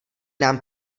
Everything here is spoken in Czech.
nám